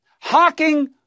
Hawking